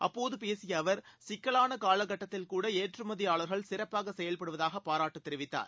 அப்போது பேசிய அவர் சிக்கலான காலகட்டத்தில் கூட ஏற்றுமதியாளர்கள் சிறப்பாக செயல்படுவதாக பாராட்டுத் தெரிவித்தார்